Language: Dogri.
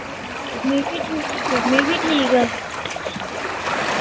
तुस सनाओ में बी ठीक में बी ठीक आं